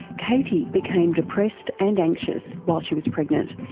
katie became depressed and anxious while she was pregnant,